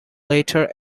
later